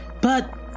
But